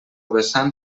vessant